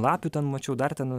lapių ten mačiau dar ten